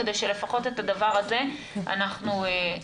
כדי שלפחות את הדבר הזה אנחנו נסגור.